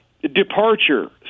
departure